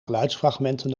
geluidsfragmenten